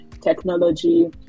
technology